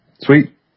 Sweet